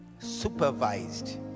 Supervised